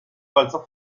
balzò